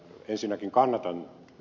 ensinnäkin kannatan tätä